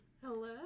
Hello